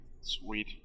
Sweet